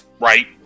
right